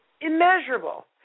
immeasurable